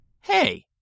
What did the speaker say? Hey